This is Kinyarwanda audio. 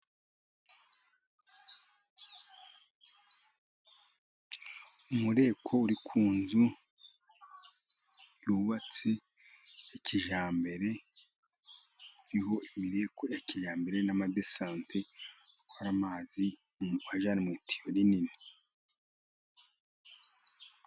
Umureko uri ku nzu yubatse ya kijyambere, iriho imireko ya kijyambere n'amadesate, atwara amazi ngo ayajyane mu itiyo rinini.